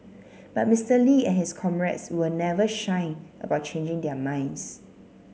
but Mister Lee and his comrades were never shy about changing their minds